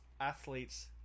athletes